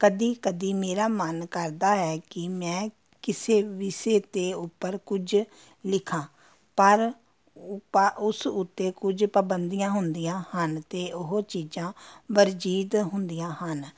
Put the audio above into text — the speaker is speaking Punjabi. ਕਦੀ ਕਦੀ ਮੇਰਾ ਮਨ ਕਰਦਾ ਹੈ ਕਿ ਮੈਂ ਕਿਸੇ ਵਿਸ਼ੇ ਦੇ ਉੱਪਰ ਕੁਝ ਲਿਖਾਂ ਪਰ ਪਰ ਉਸ ਉੱਤੇ ਕੁਝ ਪਾਬੰਦੀਆਂ ਹੁੰਦੀਆਂ ਹਨ ਅਤੇ ਉਹ ਚੀਜ਼ਾਂ ਵਰਜਿਤ ਹੁੰਦੀਆਂ ਹਨ